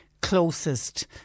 closest